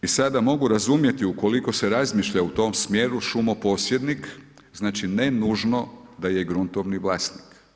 I sada mogu razumjeti ukoliko se razmišlja u tom smjeru šumo posjednik znači ne nužno da je i gruntovni vlasnik.